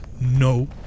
No